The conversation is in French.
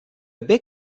bec